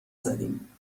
زدیم